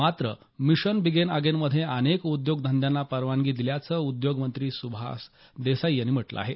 मात्र mission begin again मध्ये अनेक उद्योगधंद्यांना परवानगी दिल्याचं उद्योगमंत्री सुभाष देसाई यांनी म्हटलं आहे